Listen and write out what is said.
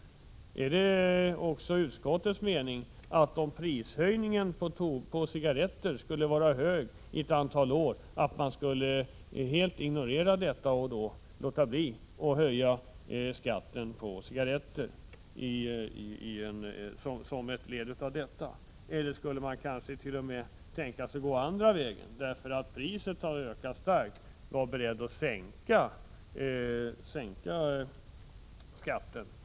Är det också utskottets mening att man skall avstå från att höja skatten på cigarretter, om prishöjningen på dem är kraftig under ett antal år? Eller kan man t.o.m. tänka sig att rent av sänka skatten på tobaksvaror, om priset på dem ökar kraftigt?